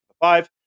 five